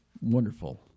wonderful